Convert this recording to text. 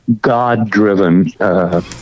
God-driven